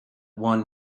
one